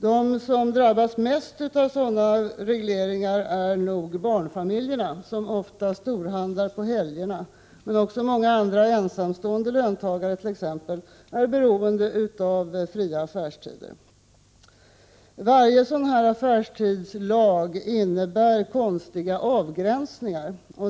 De som drabbas mest av sådana regleringar är nog barnfamiljerna, som ofta storhandlar på helgerna. Men också många andra löntagare, t.ex. ensamstående, är beroende av fria affärstider. Varje sådan här affärstidslag innebär konstiga avgränsningar.